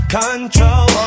control